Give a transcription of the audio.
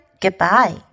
goodbye